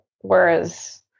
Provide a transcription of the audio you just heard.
Whereas